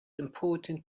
important